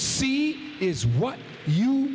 see is what you